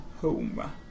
home